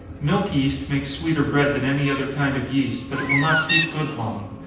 milk yeast makes sweeter bread than any other kind of yeast, but it will not keep good long.